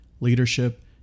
leadership